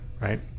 Right